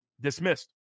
dismissed